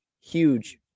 huge